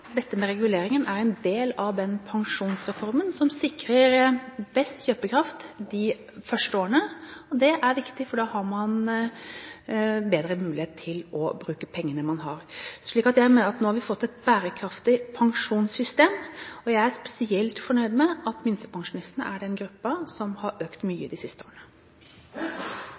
Dette med reguleringen er en del av den pensjonsreformen som sikrer best kjøpekraft de første årene. Det er viktig, for da har man bedre mulighet til å bruke pengene. Jeg mener at vi nå har fått et bærekraftig pensjonssystem, og jeg er spesielt fornøyd med at minstepensjonistene er den gruppen som har fått en stor økning de siste årene.